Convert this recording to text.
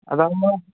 അതാകുമ്പോൾ